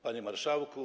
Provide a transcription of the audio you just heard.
Panie Marszałku!